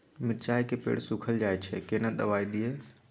मिर्चाय के पेड़ सुखल जाय छै केना दवाई दियै?